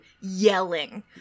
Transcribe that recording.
yelling